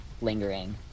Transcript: lingering